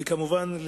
וכמובן,